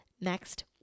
next